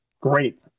Great